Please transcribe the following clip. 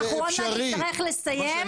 אנחנו עוד מעט נצטרך לסיים.